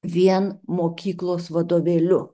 vien mokyklos vadovėliu